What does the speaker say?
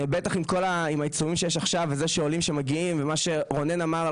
בטח עם העיצומים שיש עכשיו וזה שעולים שמגיעים ומה שרונן אמר,